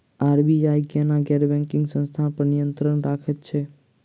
RBI केना गैर banking संस्था पर नियत्रंण राखैत छैक?